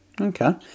Okay